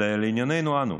לענייננו אנו,